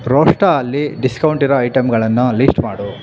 ರೋಸ್ಟಾ ಅಲ್ಲಿ ಡಿಸ್ಕೌಂಟಿರೋ ಐಟಮ್ಗಳನ್ನು ಲಿಸ್ಟ್ ಮಾಡು